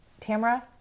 Tamra